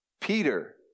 Peter